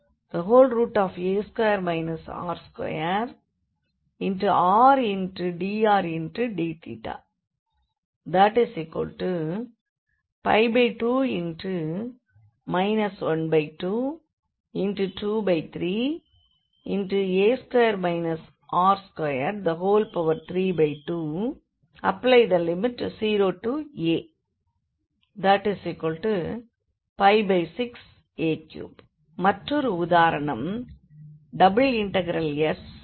Ra2 r2rdrdθRa2 r2rdrdθ θ02r0aa2 r2rdrdθ 2 1223a2 r232 |0a 6a3 மற்றொரு உதாரணம் Sey xyxdxdy